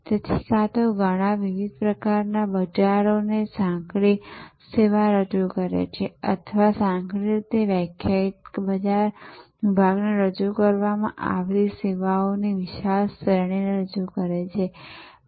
તેથી કાં તો ઘણાં વિવિધ પ્રકારનાં બજારોને સાંકડી સેવા રજૂ કરે છે અથવા સાંકડી રીતે વ્યાખ્યાયિત બજાર વિભાગને રજૂ કરવામાં આવતી સેવાઓની વિશાળ શ્રેણીને રજૂ કરે છે